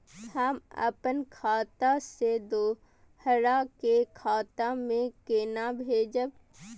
हम आपन खाता से दोहरा के खाता में केना भेजब?